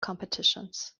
competitions